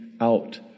out